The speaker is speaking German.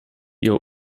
ihre